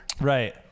Right